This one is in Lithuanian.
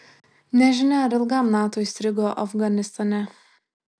nežinia ar ilgam nato įstrigo afganistane